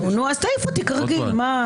תעיף אותי, כרגיל.